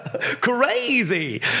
Crazy